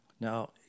Now